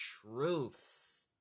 truth